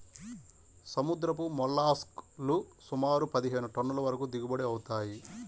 సముద్రపు మోల్లస్క్ లు సుమారు పదిహేను టన్నుల వరకు దిగుబడి అవుతాయి